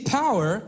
power